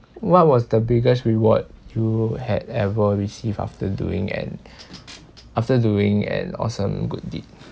what was the biggest reward you had ever received after doing an after doing an awesome good deed